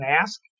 ask